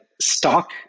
stock